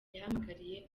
yahamagariye